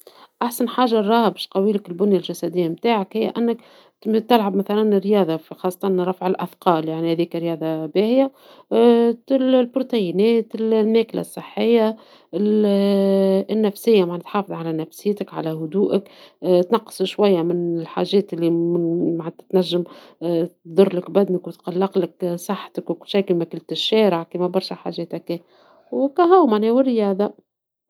إذا صديقك يحب يصبح أقوى، نقوله جرب تمارين القوة مثل رفع الأثقال. نجم تبدأ بتمارين بسيطة وتزيد في الوزن مع الوقت. حاول تركز على تمارين الجسم الكلي، وخصص وقت للراحة. الأكل الصحي مهم، وبهذا باش تشوف نتائج مبهرة.